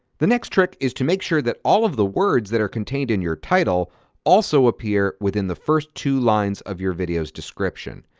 the next trick is to make sure that all of the words that are contained in your title also appear within the first two lines of your video's description.